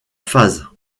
phase